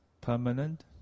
permanent